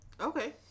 Okay